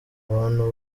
abantu